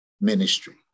ministry